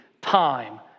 time